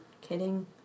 Kidding